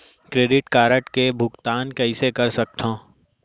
Credit card के भुगतान कईसने कर सकथो?